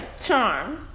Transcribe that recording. Charm